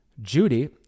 Judy